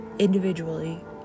individually